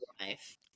life